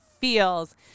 feels